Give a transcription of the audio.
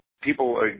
people